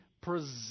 present